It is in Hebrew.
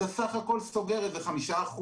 אתה בסך הכול סוגר איזה 5%,